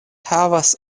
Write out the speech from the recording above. havas